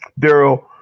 Daryl